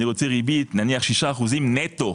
אני רוצה ריבית נניח 6% נטו.